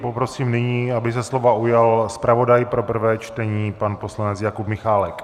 Poprosím nyní, aby se slova ujal zpravodaj pro prvé čtení pan poslanec Jakub Michálek.